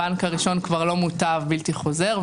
הבנק הראשון כבר לא מוטב בלתי חוזר,